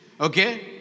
Okay